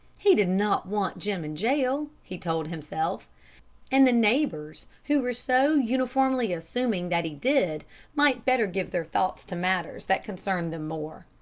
he did not want jim in jail, he told himself and the neighbors who were so uniformly assuming that he did might better give their thoughts to matters that concerned them more.